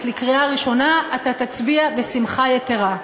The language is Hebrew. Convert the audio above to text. לקריאה הראשונה אתה תצביע בשמחה יתרה.